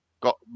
Got